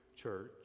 church